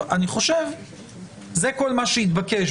זה כל מה שהתבקש.